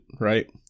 right